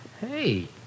Hey